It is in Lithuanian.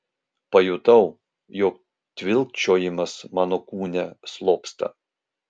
pajutau jog tvilkčiojimas mano kūne slopsta